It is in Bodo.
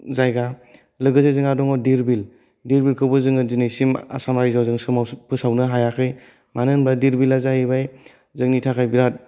जायगा लोगोसे जोंहा दङ धिर बिलो धिर बिलोखौबो जोङो दिनैसिम आसाम रायजोजों फोसावनो हायाखै मानो होनोबा धिर बिलआ जाहैबाय जोंनि थाखाय बिराट